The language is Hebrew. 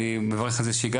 אני מברך על זה שהגעתם,